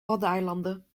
waddeneilanden